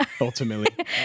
ultimately